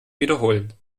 wiederholen